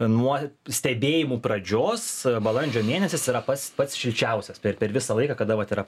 nuo stebėjimų pradžios balandžio mėnesis yra pats pats šilčiausias per per visą laiką kada vat yra